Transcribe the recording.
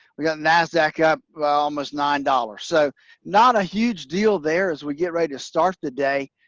we got nasdaq up almost nine dollars, so not a huge deal there as we get ready to start the day.